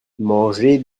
mangez